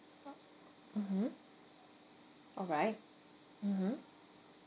mmhmm all right mmhmm